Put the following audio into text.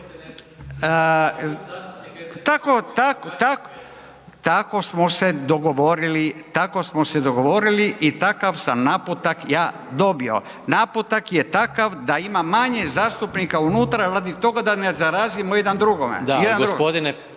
… /Upadica se ne razumije./ … tako smo se dogovorili i takav sam naputak ja dobio. Naputak je takav da ima manje zastupnika unutra radi toga da se zarazimo jedan drugoga. **Maras,